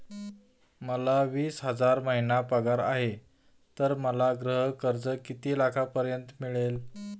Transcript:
मला वीस हजार महिना पगार आहे तर मला गृह कर्ज किती लाखांपर्यंत मिळेल?